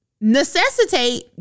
Necessitate